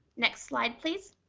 next slide, please,